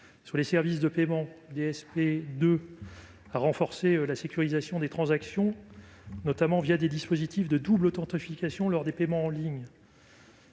sur les services de paiement a renforcé la sécurisation des transactions, notamment des dispositifs de double authentification lors des paiements en ligne.